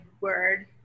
word